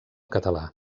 català